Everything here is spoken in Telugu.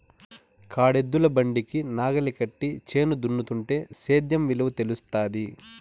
కాడెద్దుల బండికి నాగలి కట్టి చేను దున్నుతుంటే సేద్యం విలువ తెలుస్తాది